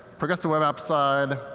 progressive web app side,